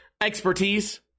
expertise